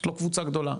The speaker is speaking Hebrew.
לא קבוצה גדולה,